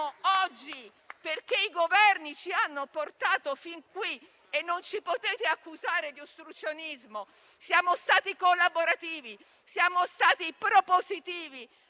oggi, perché i Governi ci hanno portato fin qui e non ci potete accusare di ostruzionismo. Siamo stati collaborativi e propositivi